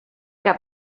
que